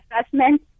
assessment